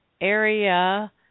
area